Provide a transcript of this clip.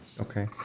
Okay